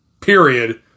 period